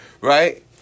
Right